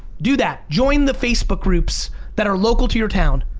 do that. join the facebook groups that are local to your town.